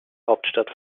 hauptstadt